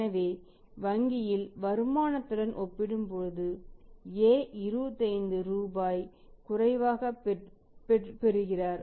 ஆகவே வங்கியின் வருமானத்துடன் ஒப்பிடும்போது A 25 ரூபாய் குறைவாக பெறுகிறார்